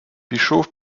пішов